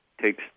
takes